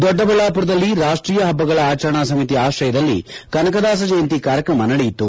ದೊಡ್ಡಬಳ್ಳಾಪುರದಲ್ಲಿ ರಾಷ್ಟ್ರೀಯ ಹಬ್ಬಗಳ ಆಚರಣಾ ಸಮಿತಿ ಆಶ್ರಯದಲ್ಲಿ ಕನಕದಾಸ ಜಯಂತಿ ಕಾರ್ಯಕ್ರಮ ನಡೆಯಿತು